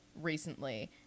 recently